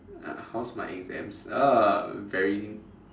uh how's my exams oh very